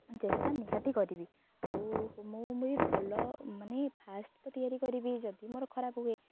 ଚେଷ୍ଟା ନିହାତି କରିବି ଆଉ ମୁଁ ବି ବି ଭଲ ମାନେ ଫାଷ୍ଟ୍ ତ ତିଆରି କରିବି ଯଦି ମୋର ଖରାପ ହୁଏ